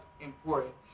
important